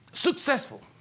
Successful